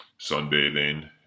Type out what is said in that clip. sunbathing